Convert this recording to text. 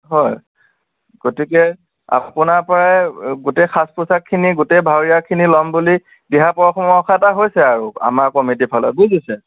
হয় গতিকে আপোনাৰপৰাই গোটেই সাজ পোচাকখিনি গোটেই ভাৱৰীয়াখিনি লম বুলি দিহা পৰামৰ্শ এটা হৈছে আৰু আমাৰ কমিটিৰফালে বুজিছে